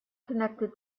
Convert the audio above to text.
connected